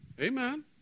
Amen